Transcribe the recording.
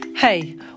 Hey